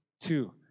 Two